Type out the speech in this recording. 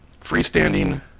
freestanding